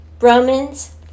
Romans